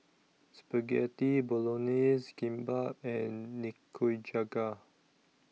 Spaghetti Bolognese Kimbap and Nikujaga